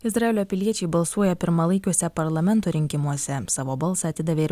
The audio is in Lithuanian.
izraelio piliečiai balsuoja pirmalaikiuose parlamento rinkimuose savo balsą atidavė ir